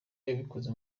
yabikoze